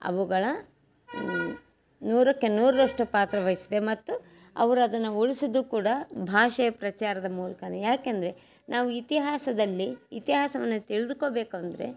ಅವುಗಳ ನೂರಕ್ಕೆ ನೂರರಷ್ಟು ಪಾತ್ರವಹಿಸಿದೆ ಮತ್ತು ಅವ್ರು ಅದನ್ನು ಉಳಿಸಿದ್ದು ಕೂಡ ಭಾಷೆಯ ಪ್ರಚಾರದ ಮೂಲಕನೇ ಯಾಕೆಂದರೆ ನಾವು ಇತಿಹಾಸದಲ್ಲಿ ಇತಿಹಾಸವನ್ನು ತಿಳ್ದುಕೋಬೇಕು ಅಂದರೆ